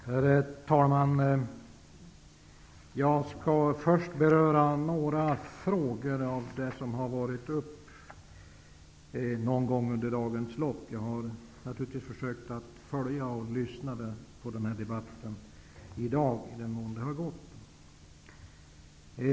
Herr talman! Jag skall först beröra några av de frågor som har varit uppe under dagens lopp. Jag har naturligtvis försökt att följa debatten i dag.